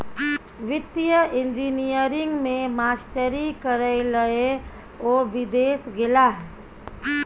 वित्तीय इंजीनियरिंग मे मास्टरी करय लए ओ विदेश गेलाह